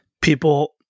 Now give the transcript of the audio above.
people